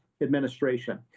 administration